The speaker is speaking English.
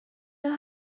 know